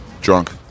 Drunk